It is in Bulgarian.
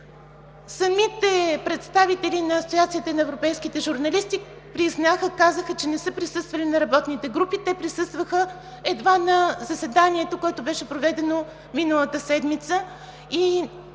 Самите представители на Асоциацията на европейските журналисти признаха, казаха, че не са присъствали на работните групи. Те присъстваха едва на заседанието, което беше проведено миналата седмица,